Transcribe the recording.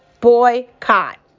Boycott